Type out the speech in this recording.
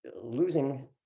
losing